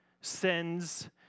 sends